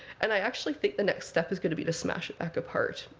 and i actually think the next step is going to be to smash it back apart.